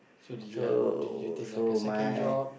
so so my